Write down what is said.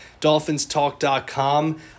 DolphinsTalk.com